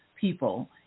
people